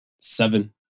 seven